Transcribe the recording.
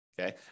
Okay